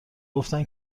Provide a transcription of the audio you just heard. گفتن